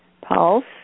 pulse